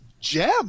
gem